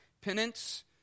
penance